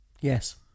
Yes